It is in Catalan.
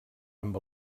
amb